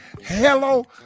hello